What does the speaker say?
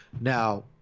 Now